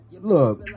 look